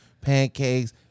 pancakes